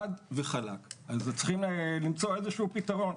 חד וחלק, אז צריכים למצוא איזשהו פתרון.